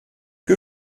que